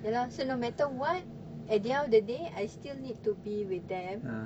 ya lah so no matter what at the end of the day I still need to be with them